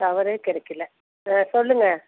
tower கிடைக்கல ஆ சொல்லுங்கள்